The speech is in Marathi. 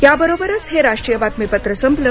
याबरोबरच हे राष्ट्रीय बातमीपत्र संपलं